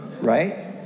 right